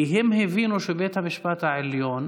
כי הם הבינו שבית המשפט העליון